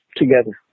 together